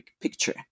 picture